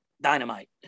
dynamite